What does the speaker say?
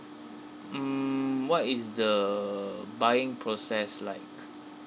mm what is the buying process like